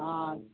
आं आं